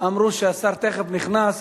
אמרו שהשר תיכף נכנס,